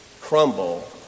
crumble